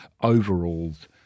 overalls